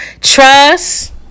Trust